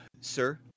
sir